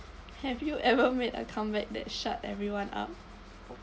have you ever made a comeback that shut everyone up